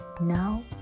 Now